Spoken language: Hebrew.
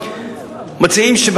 מציעים,